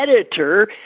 editor